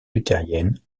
luthérienne